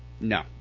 no